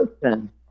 person